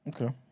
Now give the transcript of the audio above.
Okay